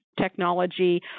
technology